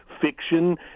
fiction